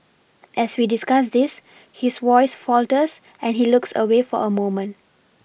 as we discuss this his voice falters and he looks away for a moment